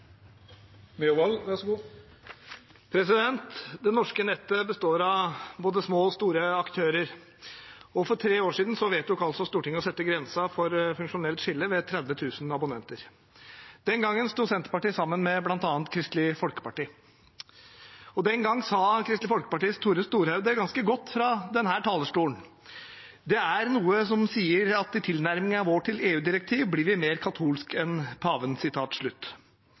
Det norske nettet består av både små og store aktører. For tre år siden vedtok Stortinget å sette grensen for funksjonelt skille ved 30 000 abonnenter. Den gangen sto Senterpartiet sammen med bl.a. Kristelig Folkeparti. Den gang sa Kristelig Folkepartis Tore Storehaug det ganske godt fra denne talerstolen: «Det er nokre som seier at i tilnærminga vår til EU-direktiv blir vi meir katolske enn paven.»